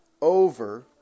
over